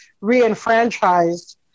re-enfranchised